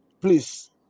Please